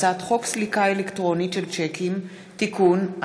הצעת חוק סליקה אלקטרונית של שיקים (תיקון),